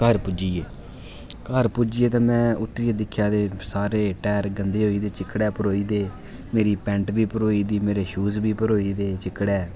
घर पुज्जी आ घर पुज्जियै ते में उत्तरियै दिक्खेआ ते सारे टैर गंदे होई ए दे चिक्कड़ै भरोई दे मेरी पैंट बी भरोई दी मेरे शूज बी भरोई गेदे चिकड़ै